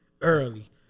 early